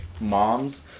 moms